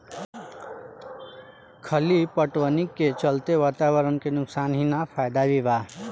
खली पटवनी के चलते वातावरण के नुकसान ही ना फायदा भी बा